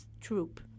troop